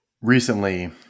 Recently